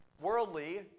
worldly